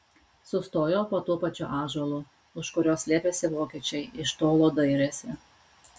sustojo po tuo pačiu ąžuolu už kurio slėpėsi vokiečiai iš tolo dairėsi